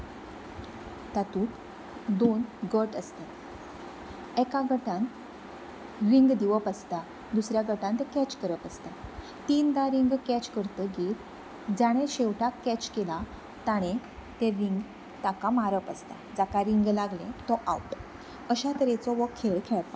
तातूक दोन गट आसतात एका गटान रींग दिवप आसता दुसऱ्या गटान तें कॅच करप आसता तिनदां रींग कॅच करतगीर जाणें शेवटाक कॅच केला ताणें तें रींग ताका मारप आसता जाका रींग लागलें तो आव्ट अशा तरेचो वो खेळ खेळपाक म्हाका खूप आवडटा